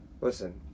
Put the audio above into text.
Listen